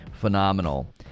phenomenal